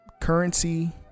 Currency